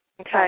Okay